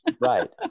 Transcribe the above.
Right